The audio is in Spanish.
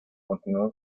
continuó